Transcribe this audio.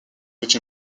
which